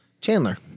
Chandler